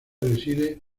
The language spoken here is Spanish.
reside